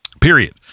period